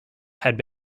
had